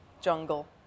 jungle